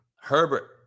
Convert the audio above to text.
Herbert